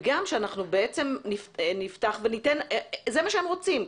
וגם שאנחנו נפתח זה מה שהם רוצים,